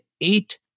eight